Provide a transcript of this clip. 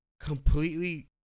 completely